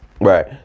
Right